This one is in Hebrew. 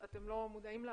זמן שלא כולם מודעים לו,